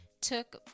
took